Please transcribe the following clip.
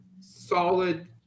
solid